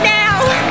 now